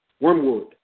wormwood